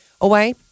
away